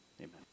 Amen